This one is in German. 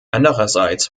andererseits